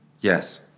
Yes